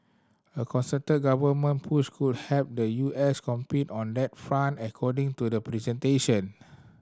a concerted government push could help the U S compete on that front according to the presentation